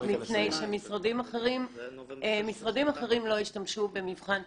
מפני שמשרדים אחרים לא השתמשו במבחן תמיכה.